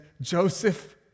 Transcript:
Joseph